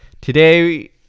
Today